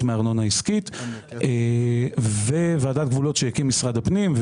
מארנונה עסקית וועדת גבולות שהקים משרד הפנים,